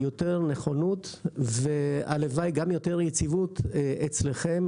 יותר נכונות והלוואי גם יותר יציבות אצלכם.